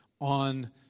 on